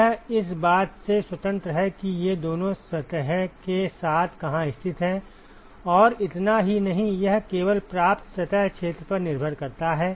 यह इस बात से स्वतंत्र है कि ये दोनों सतह के साथ कहाँ स्थित हैं और इतना ही नहीं यह केवल प्राप्त सतह क्षेत्र पर निर्भर करता है